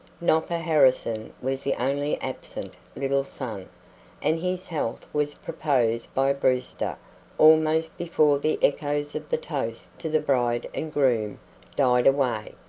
nopper harrison was the only absent little son and his health was proposed by brewster almost before the echoes of the toast to the bride and groom died away.